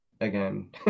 again